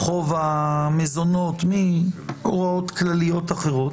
חוב המזונות מהוראות כלליות אחרות.